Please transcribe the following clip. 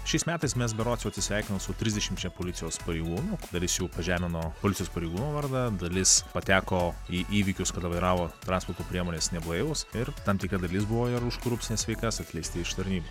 šiais metais mes berods jau atsisveikinom su trisdešimčia policijos pareigūnų dalis jų pažemino policijos pareigūno vardą dalis pateko į įvykius kada vairavo transporto priemones neblaivūs ir tam tikra dalis buvo ir už korupcines veikas atleisti iš tarnybos